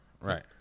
Right